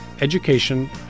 education